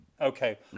Okay